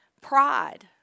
pride